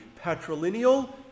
patrilineal